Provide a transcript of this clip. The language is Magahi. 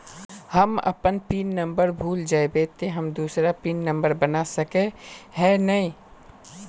हम अपन पिन नंबर भूल जयबे ते हम दूसरा पिन नंबर बना सके है नय?